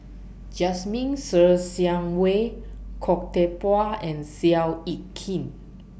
Jasmine Ser Xiang Wei Khoo Teck Puat and Seow Yit Kin